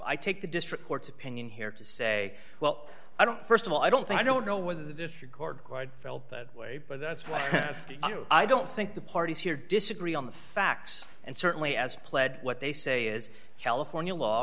i take the district court's opinion here to say well i don't st of all i don't think i don't know whether the district court quite felt that way but that's what i don't think the parties here disagree on the facts and certainly as pled what they say is california law